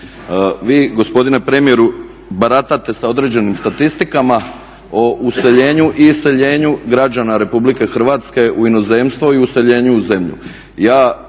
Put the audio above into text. Vi gospodine premijeru baratate sa određenim statistikama o useljenju i iseljenju građana Republike Hrvatske u inozemstvo i useljenju u zemlju.